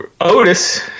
Otis